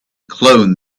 clone